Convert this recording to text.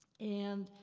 and,